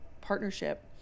partnership